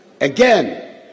Again